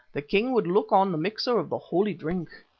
the king would look on the mixer of the holy drink.